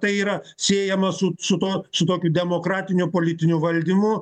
tai yra siejama su su tuo su tokiu demokratiniu politiniu valdymu